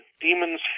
demons